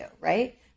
right